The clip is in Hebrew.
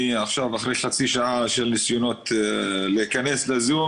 אני עכשיו אחרי שעה של ניסיונות להיכנס לזום,